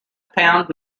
pound